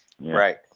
Right